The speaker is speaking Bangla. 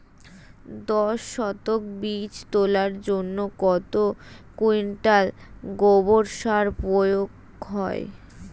দশ শতক বীজ তলার জন্য কত কুইন্টাল গোবর সার প্রয়োগ হয়?